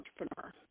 entrepreneur